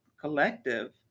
collective